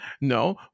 no